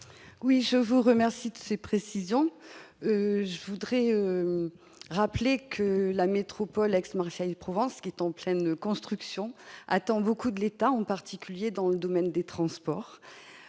Oui, je vous remercie de ces précisions, je voudrais rappeler que la métropole Aix- Marseille-Provence qui est en pleine construction, attend beaucoup de l'État, en particulier dans le domaine des transports,